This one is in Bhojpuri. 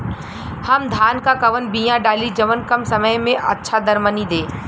हम धान क कवन बिया डाली जवन कम समय में अच्छा दरमनी दे?